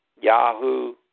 Yahoo